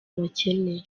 abakene